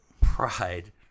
pride